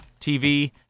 TV